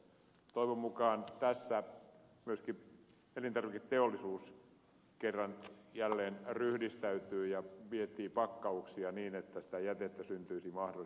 toivon mukaan tässä myöskin elintarviketeollisuus kerran jälleen ryhdistäytyy ja miettii pakkauksia niin että sitä jätettä syntyisi mahdollisimman vähän